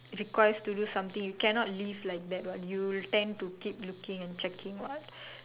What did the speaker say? requires to do something you cannot leave like that what you tend to keep looking and checking what